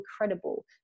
incredible